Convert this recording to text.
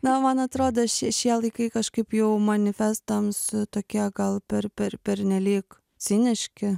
na man atrodo šie šie laikai kažkaip jau manifestams tokie gal per per pernelyg ciniški